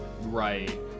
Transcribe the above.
Right